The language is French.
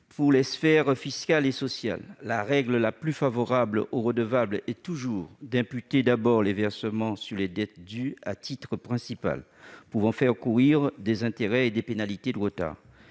pour les sphères fiscales et sociales. La règle la plus favorable aux redevables est toujours d'imputer d'abord les versements sur les dettes dues à titre principal pouvant faire courir des intérêts et des pénalités de retard.